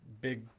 big